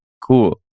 cool